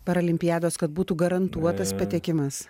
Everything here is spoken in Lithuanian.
paralimpiados kad būtų garantuotas patekimas